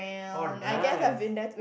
oh nice